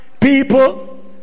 people